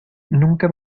nunca